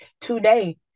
today